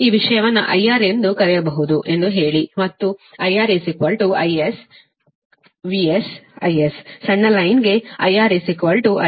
ಈ ವಿಷಯವನ್ನು IR ಎಂದು ಕರೆಯಬಹುದು ಎಂದು ಹೇಳಿ ಮತ್ತು IR ISVS IS ಸಣ್ಣ ಲೈನ್ ಗೆ IR IS